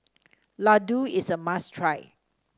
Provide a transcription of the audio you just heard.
Ladoo is a must try